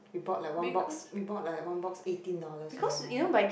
we bought like one box we bought like one box eighteen dollars you know